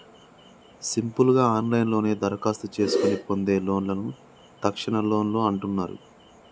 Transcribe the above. simple గా ఆన్లైన్లోనే దరఖాస్తు చేసుకొని పొందే లోన్లను తక్షణలోన్లు అంటున్నరు